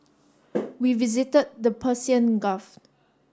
we visited the Persian Gulf